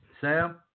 Sam